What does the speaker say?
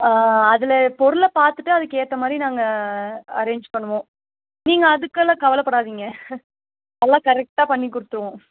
அதில் பொருளை பார்த்துட்டு அதுக்கேற்ற மாதிரி நாங்கள் அரேஞ்ச் பண்ணுவோம் நீங்கள் அதுக்கெல்லாம் கவலைப்படாதீங்க அதெல்லாம் கரெக்டாக பண்ணி கொடுத்துருவோம்